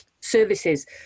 services